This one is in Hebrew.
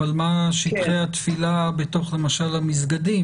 אבל מה שטחי התפילה למשל בתוך המסגדים?